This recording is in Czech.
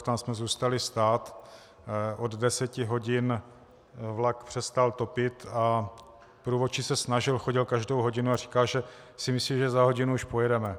Tam jsme zůstali stát, od deseti hodin vlak přestal topit a průvodčí se snažil, chodil každou hodinu a říkal, že si myslí, že za hodinu už pojedeme.